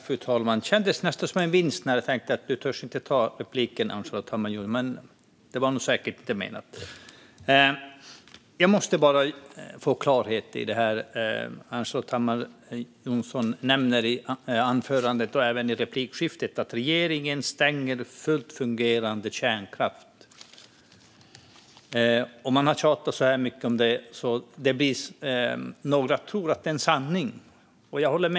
Fru talman! Jag måste bara få klarhet i en sak. Ann-Charlotte Hammar Johnsson nämner i anförandet och även i replikskiftet att regeringen stänger fullt fungerande kärnkraft. Man har tjatat så mycket om det att några tror att det är en sanning.